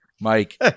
Mike